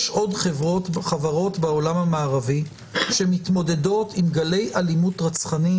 יש עוד חברות בעולם המערבי שמתמודדות עם גלי אלימות רצחנית.